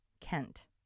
Kent